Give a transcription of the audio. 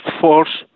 force